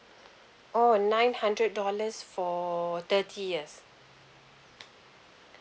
oh nine hundred dollars for thirty years